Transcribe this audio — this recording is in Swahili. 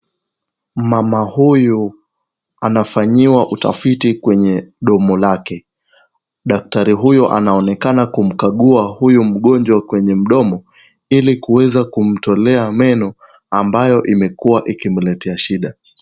Mama huyu anafanyiwa utafiti kwenye domo lake. Daktari huyo anaonekana kumkagua huyu mgonjwa kwenye mdomo ili kuweza kumtolea meno ambayo imekuwa ikimletea shida.